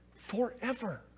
forever